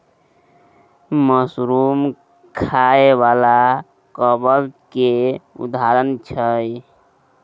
mushroom खाइ बला कबक केर उदाहरण छै